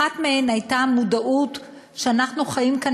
אחת מהן הייתה מודעות שאנחנו חיים כאן